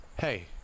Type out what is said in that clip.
Hey